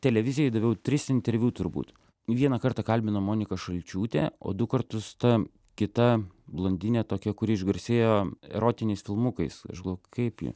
televizijai daviau tris interviu turbūt vieną kartą kalbino monika šalčiūtė o du kartus ta kita blondinė tokia kuri išgarsėjo erotiniais filmukais aš galvoju kaip ji